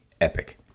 epic